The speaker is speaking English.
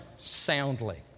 soundly